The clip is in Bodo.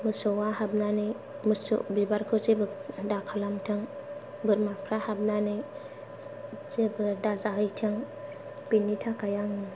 मोसौवा हाबनानै मोसौ बिबारखौ जेबो दाखालामथों बोरमाफ्रा हाबनानै जेबो दाजाहैथों बेनि थाखाय आङो